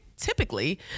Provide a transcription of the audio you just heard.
typically